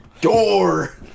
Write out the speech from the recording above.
Door